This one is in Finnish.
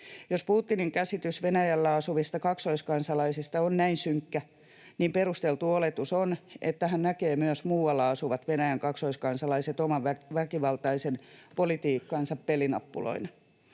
Jos Putinin käsitys Venäjällä asuvista kaksoiskansalaisista on näin synkkä, niin perusteltu oletus on, että hän näkee myös muualla asuvat Venäjän kaksoiskansalaiset oman väkivaltaisen politiikkansa pelinappuloina.